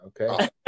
okay